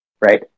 Right